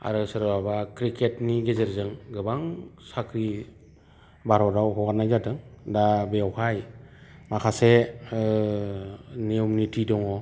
आरो सोरबाबा क्रिकेटनि गेजेरजों गोबां साख्रि भारतआव हगारनाय जादों दा बेयावहाय माखासे नियम निथि दंङ